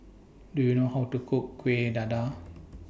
Do YOU know How to Cook Kueh Dadar